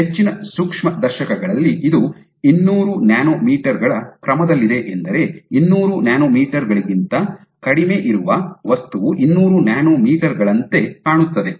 ಹೆಚ್ಚಿನ ಸೂಕ್ಷ್ಮದರ್ಶಕಗಳಲ್ಲಿ ಇದು ಇನ್ನೂರು ನ್ಯಾನೊಮೀಟರ್ ಗಳ ಕ್ರಮದಲ್ಲಿದೆ ಎಂದರೆ ಇನ್ನೂರು ನ್ಯಾನೊಮೀಟರ್ ಗಳಿಗಿಂತ ಕಡಿಮೆ ಇರುವ ವಸ್ತುವು ಇನ್ನೂರು ನ್ಯಾನೊಮೀಟರ್ ಗಳಂತೆ ಕಾಣುತ್ತದೆ